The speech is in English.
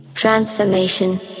TRANSFORMATION